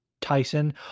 Tyson